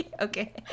okay